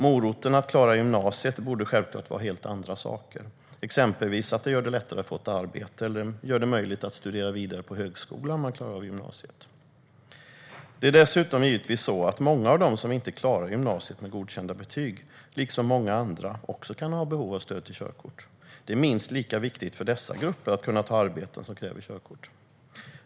Moroten för att klara gymnasiet borde självklart vara helt andra saker, exempelvis att det gör det lättare att få ett arbete eller gör det möjligt att studera vidare på högskola. Det är dessutom givetvis så att många av dem som inte klarar gymnasiet med godkända betyg, liksom många andra, också kan ha behov av stöd till körkort. Det är minst lika viktigt för dessa grupper att kunna ta arbeten som kräver körkort.